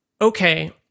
okay